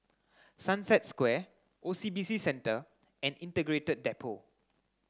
Sunset Square O C B C Centre and Integrated Depot